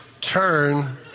Turn